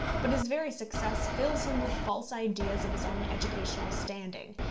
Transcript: but his very success fills him with false ideas of his own educational standing,